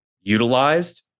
utilized